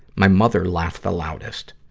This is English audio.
my mother laughed the loudest.